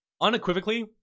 unequivocally